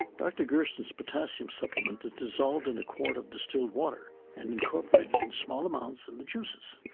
dr. gerson's potassium supplement is dissolved in a quarter of distilled water and incorporated in small amounts in the juices.